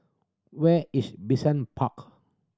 where is Bishan Park